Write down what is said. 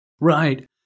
Right